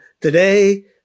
Today